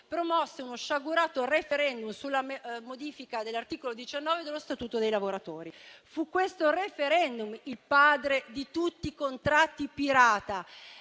promosse uno sciagurato *referendum* sulla modifica dell'articolo 19 dello Statuto dei lavoratori. Fu questo *referendum* il padre di tutti i contratti pirata;